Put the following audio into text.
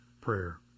prayer